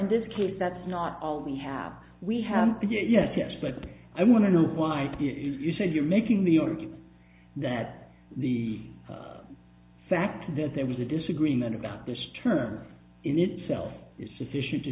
this case that's not all we have we have yes yes but i want to know why you said you're making the argument that the fact that there was a disagreement about this term in itself is sufficient to